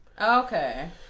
Okay